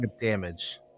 damage